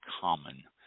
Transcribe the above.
common